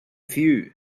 few